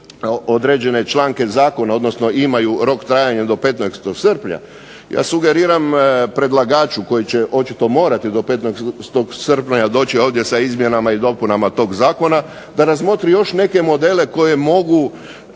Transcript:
određene članke zakona, odnosno imaju rok trajanja do 15. srpnja ja sugeriram predlagaču koji će očito morati do 15. srpnja doći ovdje sa izmjenama i dopunama tog zakona da razmotri još neke modele koji mogu